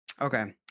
Okay